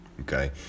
Okay